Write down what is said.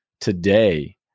Today